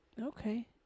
Okay